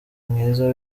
mwiza